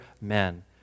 men